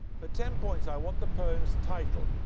for ten points, i want the poem's title.